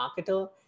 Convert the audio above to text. marketer